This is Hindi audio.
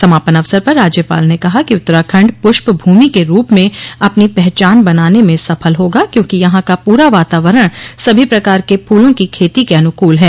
समापन अवसर पर राज्यपाल ने कहा कि उत्तराखण्ड पुष्पभूमि के रूप में अपनी पहचान बनाने में सफल होगा क्योंकि यहाँ का पूरा वातावरण सभी प्रकार के फूलों की खेती के अनुकल है